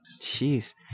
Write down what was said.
Jeez